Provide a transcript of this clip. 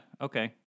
okay